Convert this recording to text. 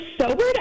sobered